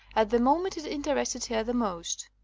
at the moment it interested her the most.